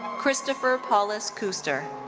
christopher paulus kuester.